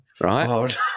right